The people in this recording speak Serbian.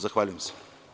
Zahvaljujem se.